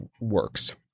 works